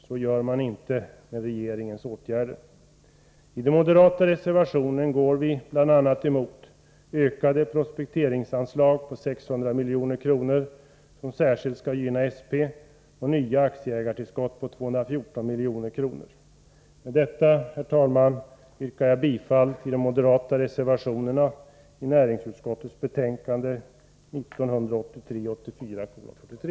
Så gör man inte med regeringens åtgärder. I den moderata reservationen går vi bl.a. emot ökade prospekteringsanslag på 600 milj.kr., som särskilt skall gynna SP, och nya aktieägartillskott på 214 milj.kr. Med detta, herr talman, yrkar jag bifall till de moderata reservationerna som är fogade till näringsutskottets betänkande 1983/84:43.